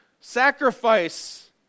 Sacrifice